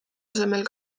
asemel